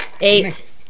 Eight